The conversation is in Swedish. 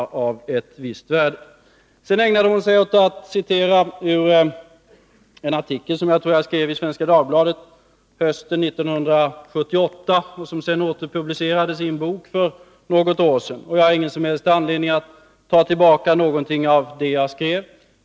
Maj Britt Theorin ägnade 'sig sedan i sitt anförande åt att citera ur en artikel, som jag tror att jag skrev i Svenska Dagbladet hösten 1978 och som sedan åter publicerades i en bok för något år sedan. Jag har ingen som helst anledning att ta tillbaka någonting av det jag skrev.